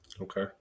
Okay